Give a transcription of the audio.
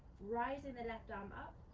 risin' the left arm up.